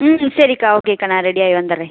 ம் சரிக்கா ஓகேக்கா நான் ரெடி ஆகி வந்துடுறேன்